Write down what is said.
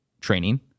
training